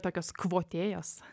tokios kvotėjos